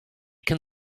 can